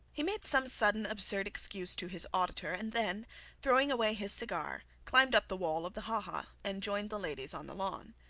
he made some sudden absurd excuse to his auditor, and then throwing away his cigar, climbed up the wall of the ha-ha and joined the ladies on the lawn.